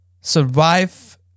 survive